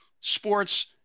sports